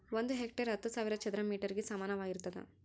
ಒಂದು ಹೆಕ್ಟೇರ್ ಹತ್ತು ಸಾವಿರ ಚದರ ಮೇಟರ್ ಗೆ ಸಮಾನವಾಗಿರ್ತದ